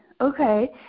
okay